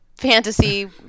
fantasy